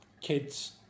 kids